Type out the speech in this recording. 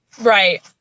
right